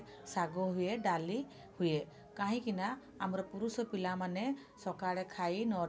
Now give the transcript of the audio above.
ଶାଗ ହୁଏ ଡାଲି ହୁଏ କାହିଁକିନା ଆମର ପୁରୁଷ ପିଲାମାନେ ସକାଳେ ଖାଇ ନ' ଟାରେ ସେମାନେ କାମକୁ